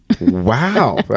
Wow